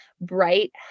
bright